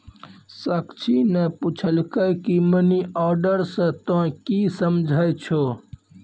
साक्षी ने पुछलकै की मनी ऑर्डर से तोंए की समझै छौ